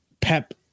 pep